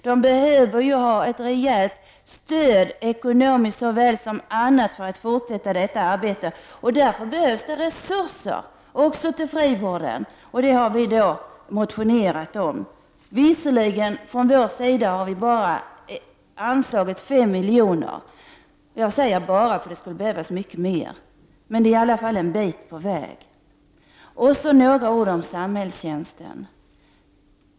De behöver ha ett rejält stöd, ekonomiskt såväl som annat, för att fortsätta detta arbete. Därför behövs det resurser även till frivården, och det har vi motionerat om. Visserligen har vi från vår sida bara anslagit fem miljoner. Jag säger bara, för det skulle behövas mycket mer. Men det är i alla fall en bit på väg. Några ord vill jag säga om samhällstjänsten.